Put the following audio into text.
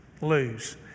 lose